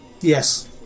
Yes